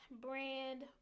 brand